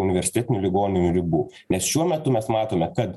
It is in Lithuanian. universitetinių ligoninių ribų nes šiuo metu mes matome kad